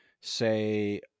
say